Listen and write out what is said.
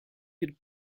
had